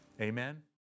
Amen